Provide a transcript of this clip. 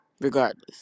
Regardless